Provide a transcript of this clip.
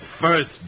first